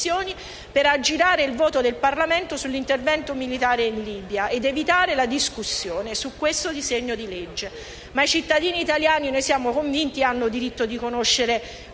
per aggirare il voto del Parlamento sull'intervento militare in Libia ed evitare la discussione su questo disegno di legge. Ma i cittadini italiani - ne siamo convinti - hanno diritto di conoscere